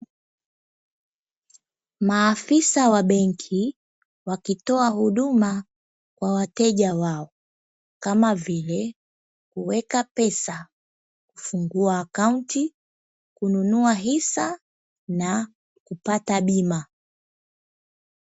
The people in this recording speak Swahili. Maafisa wa benki wakitoa huduma wa wateja wao kama vile, kuweka pesa kufungua akaunti kununua hisa na kupata bima